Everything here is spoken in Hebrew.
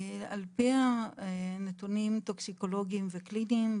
על פי הנתונים הטוקסיקולוגים והקליניים,